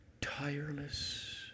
tireless